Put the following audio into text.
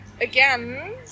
again